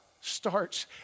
starts